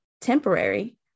temporary